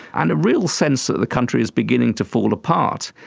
and a real sense that the country is beginning to fall apart.